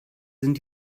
sind